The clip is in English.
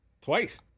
Twice